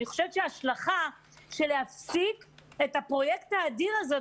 אני חושבת שלהפסיק את הפרויקט האדיר הזה,